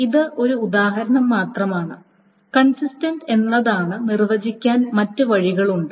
ഇത് ഒരു ഉദാഹരണം മാത്രമാണ് കൺസിസ്റ്റൻറ് എന്താണെന്ന് നിർവ്വചിക്കാൻ മറ്റ് വഴികളുണ്ട്